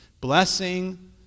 Blessing